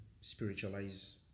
spiritualize